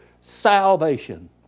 salvation